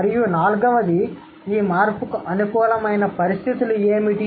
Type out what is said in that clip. మరియు నాల్గవది ఈ మార్పుకు అనుకూలమైన పరిస్థితులు ఏమిటి